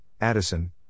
Addison